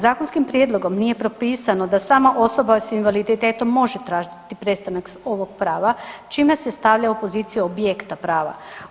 Zakonskim prijedlogom nije propisano da samo osoba sa invaliditetom može tražiti prestanak ovog prava čime se stavlja u poziciju objekta prava.